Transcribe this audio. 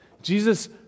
Jesus